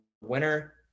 winner